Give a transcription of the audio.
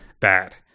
bad